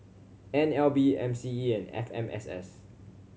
N L B M C E and F M S S